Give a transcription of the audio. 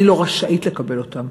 אני לא רשאית לקבל אותן.